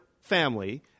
family